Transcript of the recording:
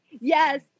yes